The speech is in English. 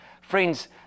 Friends